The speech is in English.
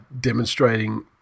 demonstrating